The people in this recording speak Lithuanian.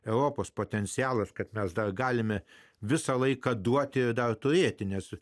europos potencialas kad mes dar galime visą laiką duoti dar turėti nes